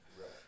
Right